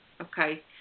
Okay